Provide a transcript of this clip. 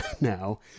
now